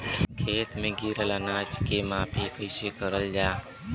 खेत में गिरल अनाज के माफ़ी कईसे करल जाला?